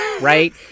Right